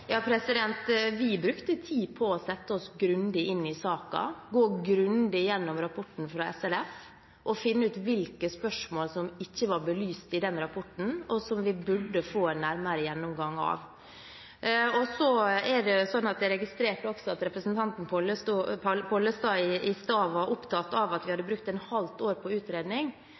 Vi brukte tid på å sette oss grundig inn i saken, gå grundig gjennom rapporten fra SLF og finne ut hvilke spørsmål som ikke var belyst i den rapporten, og som vi burde få en nærmere gjennomgang av. Så registrerte jeg at representanten Pollestad i stad var opptatt av at vi hadde brukt et halvt år på utredning.